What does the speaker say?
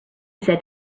said